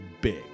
big